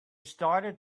started